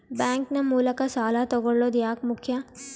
Bank ನ ಮೂಲಕ ಸಾಲ ತಗೊಳ್ಳೋದು ಯಾಕ ಮುಖ್ಯ?